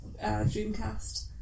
Dreamcast